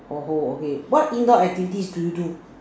!oho! okay what indoor activities do you do